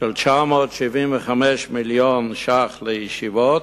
של 975 מיליון ש"ח לישיבות,